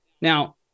Now